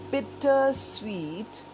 Bittersweet